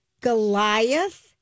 Goliath